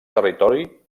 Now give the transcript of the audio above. territori